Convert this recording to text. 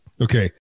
Okay